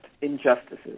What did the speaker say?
injustices